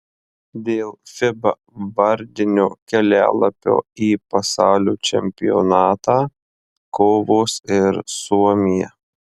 dėl fiba vardinio kelialapio į pasaulio čempionatą kovos ir suomija